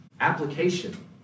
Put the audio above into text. application